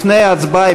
לפני ההצבעה,